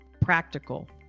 practical